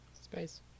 Space